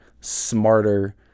smarter